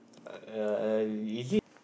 uh is it